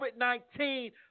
COVID-19